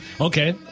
okay